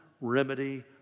remedy